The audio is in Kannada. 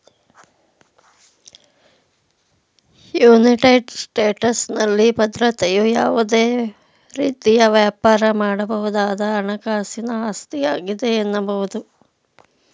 ಯುನೈಟೆಡ್ ಸ್ಟೇಟಸ್ನಲ್ಲಿ ಭದ್ರತೆಯು ಯಾವುದೇ ರೀತಿಯ ವ್ಯಾಪಾರ ಮಾಡಬಹುದಾದ ಹಣಕಾಸಿನ ಆಸ್ತಿಯಾಗಿದೆ ಎನ್ನಬಹುದು